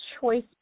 choice